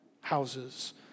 houses